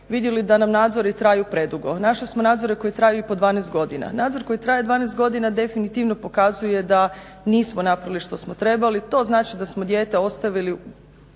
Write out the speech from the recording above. vidjeli da nam nadzori traju predugo. Našli smo nadzore koji traju i po 12 godina. Nadzor koji traje 12 godina definitivno pokazuje da nismo napravili što smo trebali. To znači da smo dijete ostavili,